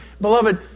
Beloved